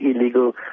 illegal